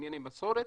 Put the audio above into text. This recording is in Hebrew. מענייני מסורת,